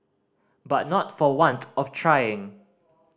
but not for want of trying